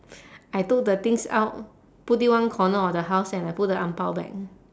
I took the things out put it one corner of the house and I put the ang bao back